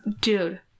Dude